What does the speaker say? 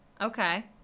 Okay